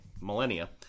millennia